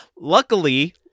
luckily